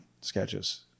sketches